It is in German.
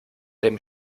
dem